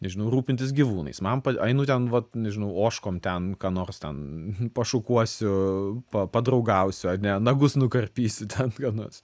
nežinau rūpintis gyvūnais man pat einu ten vat nežinau ožkom ten ką nors ten pašukuosiu pa padraugausiu ane nagus nukarpysiu ten ką nors